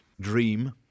Dream